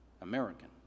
American